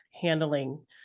handling